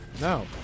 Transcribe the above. No